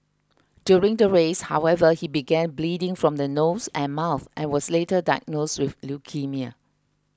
during the race however he began bleeding from the nose and mouth and was later diagnosed with leukaemia